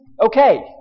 okay